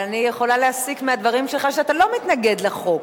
אבל אני יכולה להסיק מהדברים שלך שאתה לא מתנגד לחוק.